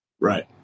Right